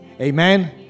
Amen